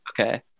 Okay